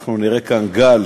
שאנחנו נראה כאן גל